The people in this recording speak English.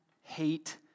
hate